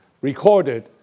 recorded